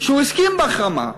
שהוא הסכים להחרמה.